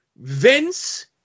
Vince